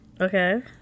Okay